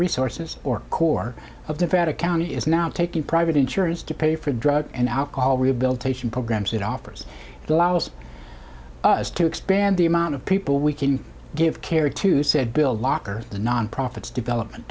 resources or core of devout a county is now taking private insurance to pay for drug and alcohol rehabilitation programs it offers it allows us to expand the amount of people we can give care to said bill lockyer the nonprofits development